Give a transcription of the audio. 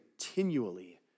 continually